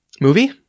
Movie